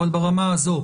אבל ברמה הזאת,